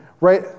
right